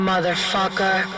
Motherfucker